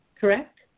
correct